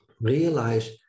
realize